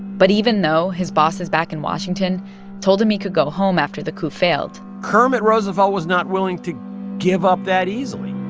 but even though his bosses back in washington told him he could go home after the coup failed. kermit roosevelt was not willing to give up that easily.